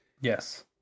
Yes